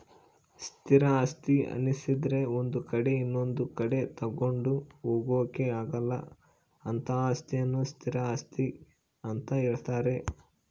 ಸ್ಥಿರ ಆಸ್ತಿ ಅನ್ನಿಸದ್ರೆ ಒಂದು ಕಡೆ ಇನೊಂದು ಕಡೆ ತಗೊಂಡು ಹೋಗೋಕೆ ಆಗಲ್ಲ ಅಂತಹ ಅಸ್ತಿಯನ್ನು ಸ್ಥಿರ ಆಸ್ತಿ ಅಂತ ಹೇಳ್ತಾರೆ